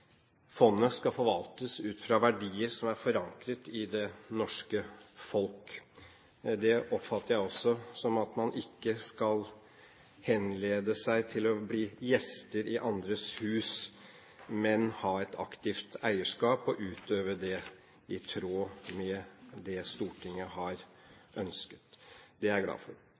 fondet skal forvaltes ut fra verdier som er forankret i det norske folk. Det oppfatter jeg også som at man ikke skal hengi seg til å bli gjester i andres hus, men ha et aktivt eierskap, og utøve det i tråd med det Stortinget har ønsket. Det er jeg glad for.